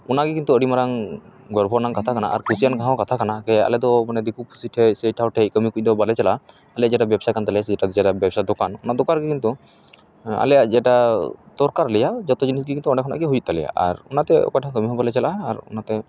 ᱚᱱᱟ ᱠᱤᱱᱛᱩ ᱟᱹᱰᱤ ᱢᱟᱨᱟᱝ ᱜᱚᱨᱵᱦᱚᱨ ᱨᱮᱱᱟᱜ ᱠᱟᱛᱷᱟ ᱠᱟᱱᱟ ᱟᱨ ᱠᱩᱥᱤᱭᱟᱱ ᱦᱚᱸ ᱠᱟᱛᱷᱟ ᱠᱟᱱᱟ ᱠᱤ ᱟᱞᱮ ᱫᱚ ᱢᱟᱱᱮ ᱫᱤᱠᱩ ᱯᱩᱥᱤ ᱴᱷᱮᱱ ᱥᱮ ᱮᱴᱟᱜ ᱦᱚᱲ ᱴᱷᱮᱱ ᱠᱟᱹᱢᱤ ᱠᱚᱫᱚ ᱵᱟᱞᱮ ᱪᱟᱞᱟᱜᱼᱟ ᱟᱞᱮ ᱡᱟᱦᱟᱴᱟᱜ ᱵᱮᱵᱥᱟ ᱠᱟᱱ ᱛᱟᱞᱮᱭᱟ ᱥᱮᱴᱟ ᱵᱮᱵᱥᱟ ᱫᱚᱠᱟᱱ ᱚᱱᱟ ᱫᱚᱠᱟᱱ ᱨᱮᱜᱮ ᱠᱤᱱᱛᱩ ᱟᱞᱮᱭᱟᱜ ᱡᱮᱴᱟ ᱫᱚᱨᱠᱟ ᱟᱞᱮᱭᱟ ᱡᱚᱛᱚ ᱡᱤᱱᱤᱥ ᱠᱤᱱᱛᱩ ᱚᱸᱰᱮ ᱠᱷᱚᱱᱟᱜ ᱜᱮ ᱦᱩᱭᱩᱜ ᱛᱟᱞᱮᱭᱟ ᱟᱨ ᱚᱟᱱ ᱛᱮ ᱚᱠᱚᱭ ᱴᱷᱮᱱ ᱦᱚᱸ ᱠᱟᱹᱢᱤ ᱦᱚᱸ ᱵᱟᱞᱮ ᱪᱟᱞᱟᱜᱼᱟ ᱟᱨ ᱚᱱᱟᱛᱮ